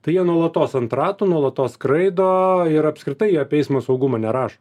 tai jie nuolatos ant ratų nuolatos skraido ir apskritai apie eismo saugumą nerašo